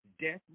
Death